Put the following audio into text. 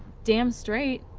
damn straight!